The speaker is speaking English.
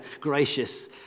gracious